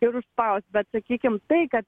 ir užspaust bet sakykim tai kad